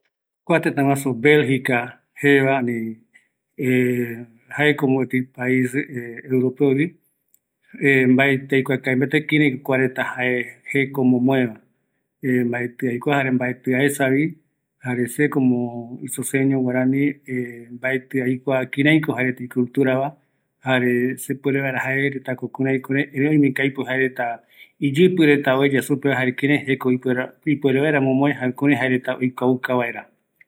Kua tëtä Belgica jaevi europeo, baetɨ yaesa mbate, jare, kïraïko jaereta jekuañe omomoe jeko reta, oime ko aipo jaereta oesaka ïru tëtärupi, ani okope ñaïyave yaikuata